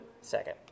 Second